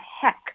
heck